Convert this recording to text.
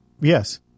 yes